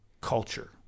culture